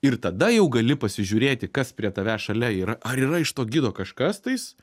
ir tada jau gali pasižiūrėti kas prie tavęs šalia yra ar yra iš to gido kažkas tais